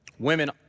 Women